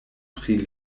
pri